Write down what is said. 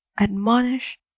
admonish